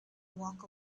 walk